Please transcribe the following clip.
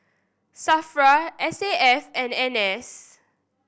SAFRA S A F and N S